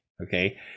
Okay